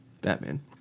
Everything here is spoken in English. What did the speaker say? Batman